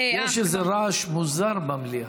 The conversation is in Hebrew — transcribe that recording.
יש איזה רעש מוזר במליאה.